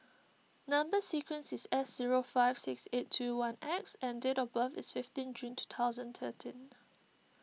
Number Sequence is S three zero five six eight two one X and date of birth is fifteen June two thousand thirteen